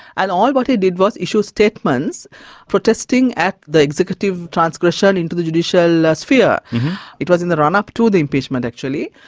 and all what he did was issue statements protesting at the executive transgression into the judicial sphere. it was in the run-up to the impeachment actually.